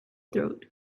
throat